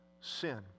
sin